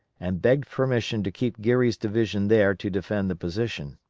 and begged permission to keep geary's division there to defend the position.